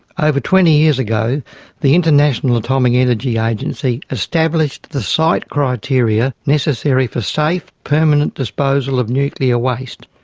over twenty years ago the international atomic energy agency established the site criteria necessary for safe permanent disposal of nuclear waste.